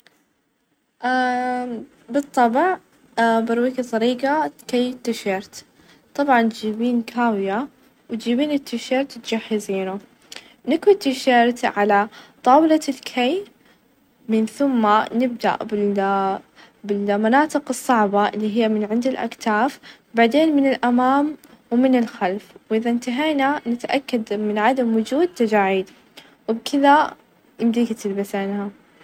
أكيد كيف أحظر القهوة، أول شي تحتاجين مكوناتها قهوة مطحونة ، وماء ،وسكر ،وحليب إختياري ، أول شي نغلي الموية اذا انغلت الموية نظيف لها ملعقة من القهوة ،بعدين نحط لها سكر ،وحليب إختيارى، وبكذا تحصلين على أحلى كوب قهوة.